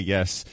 Yes